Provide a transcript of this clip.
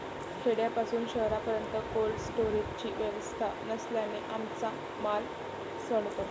खेड्यापासून शहरापर्यंत कोल्ड स्टोरेजची व्यवस्था नसल्याने आमचा माल सडतो